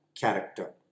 character